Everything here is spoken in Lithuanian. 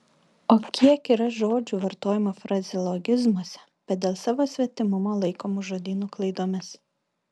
o kiek yra žodžių vartojamų frazeologizmuose bet dėl savo svetimumo laikomų žodyno klaidomis